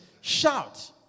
Shout